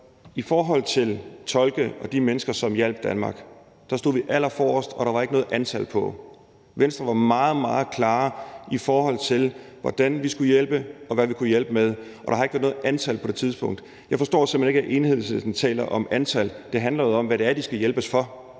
i forhold til tolke og de mennesker, som hjalp Danmark, stod vi allerforrest, og der var ikke sat noget antal på. Venstre var meget, meget klar, i forhold til hvordan vi skulle hjælpe, og hvad vi kunne hjælpe med – og der har ikke været sat noget antal på det tidspunkt. Jeg forstår simpelt hen ikke, at Enhedslisten taler om antal – det handler jo om, hvad det er, de skal hjælpes for,